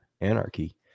anarchy